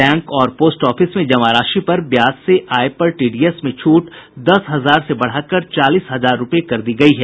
bank और post office में जमा राशि पर ब्याज से आय पर टीडीएस में छूट दस हजार से बढ़ाकर चालीस हजार रूपये कर दी गयी है